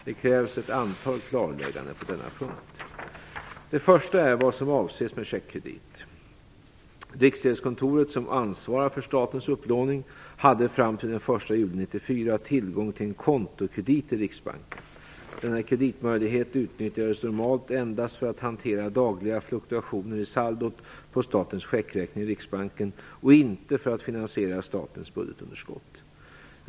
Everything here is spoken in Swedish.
Det krävs ett antal klarlägganden på denna punkt. Det första är vad som avses med en checkräkningskredit. Riksgäldskontoret, som ansvarar för statens upplåning, hade fram till den 1 juni 1994 tillgång till en kontokredit i Riksbanken. Denna kreditmöjlighet utnyttjades normalt endast för att hantera dagliga fluktuationer i saldot på statens checkräkning i Riksbanken och inte för att finansiera statens budgetunderskott.